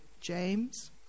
James